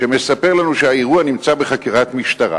שמספר לנו שהאירוע נמצא בחקירת משטרה,